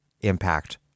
impact